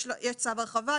יש צו הרחבה,